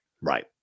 Right